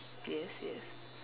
yes yes